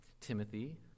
Timothy